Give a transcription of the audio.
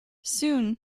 soon